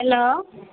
hello